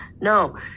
No